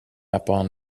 upon